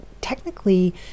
technically